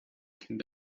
kind